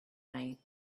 night